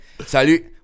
Salut